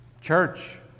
Church